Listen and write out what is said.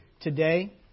Today